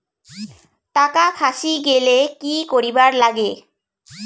টাকা ফাঁসি গেলে কি করিবার লাগে?